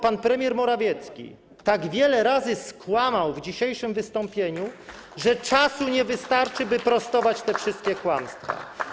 Pan premier Morawiecki tak wiele razy skłamał w dzisiejszym wystąpieniu, że nie wystarczy czasu, by prostować te wszystkie kłamstwa.